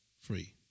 Free